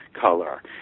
color